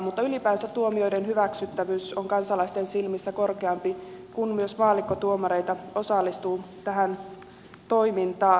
mutta ylipäänsä tuomioiden hyväksyttävyys on kansalaisten silmissä korkeampi kun myös maallikkotuomareita osallistuu tähän toimintaan